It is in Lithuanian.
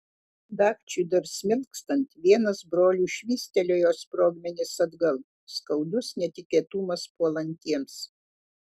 dagčiui dar smilkstant vienas brolių švystelėjo sprogmenis atgal skaudus netikėtumas puolantiems